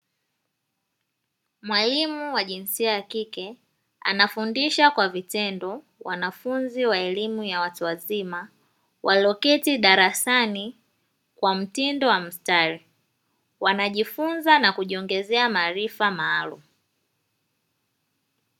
Mwalimu wa jinsia ya kike anafundisha kwa vitendo wanafunzi wa elimu ya watu wazima walioketi darasani kwa mtindo wa mstari. Wanajifunza na kujiongezea maarifa maalumu.